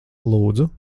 lūdzu